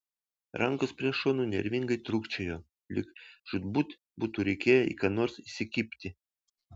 rankos prie šonų nervingai trūkčiojo lyg žūtbūt būtų reikėję į ką nors įsikibti